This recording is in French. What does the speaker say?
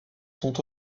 sont